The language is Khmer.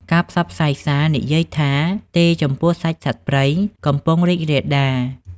ការផ្សព្វផ្សាយសារ "និយាយថាទេចំពោះសាច់សត្វព្រៃ" កំពុងរីករាលដាល។